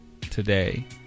today